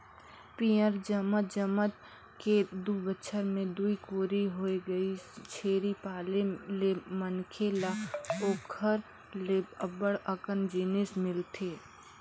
पियंर जमत जमत के दू बच्छर में दूई कोरी होय गइसे, छेरी पाले ले मनखे ल ओखर ले अब्ब्ड़ अकन जिनिस मिलथे